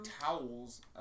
towels